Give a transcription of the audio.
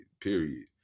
period